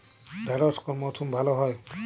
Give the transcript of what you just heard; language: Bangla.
ঢেঁড়শ কোন মরশুমে ভালো হয়?